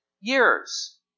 years